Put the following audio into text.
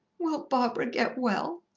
will barbara get well?